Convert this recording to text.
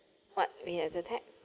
what we have to take